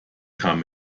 kam